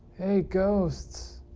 hey, ghosts.